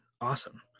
awesome